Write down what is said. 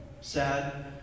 sad